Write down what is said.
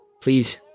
Please